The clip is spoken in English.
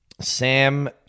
Sam